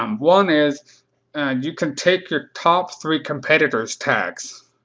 um one is and you can take your top three competitor's tags.